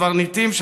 "הקברניטים",